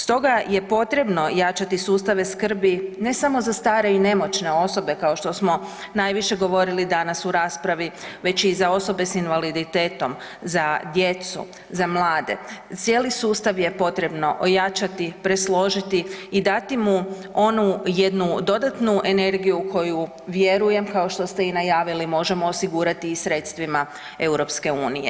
Stoga je potrebno jačati sustave skrbi ne samo za stare i nemoćne osobe kao što smo najviše govorili danas u raspravi, već i za osobe s invaliditetom, za djecu, za mlade, cijeli sustav je potrebno ojačati, presložiti i dati mu onu jednu dodatnu energiju koju vjerujem kao što ste i najavili možemo osigurati i sredstvima EU.